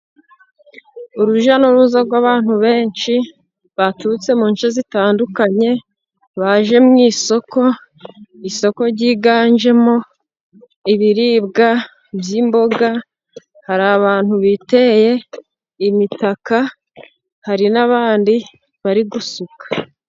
Urujya n'uruza rw'abantu benshi, baturutse mu nce zitandukanye, baje mu isoko, soko ryiganjemo ibiribwa by'imboga, hari abantu biteye imitaka, hari n'abandi bari gusuka.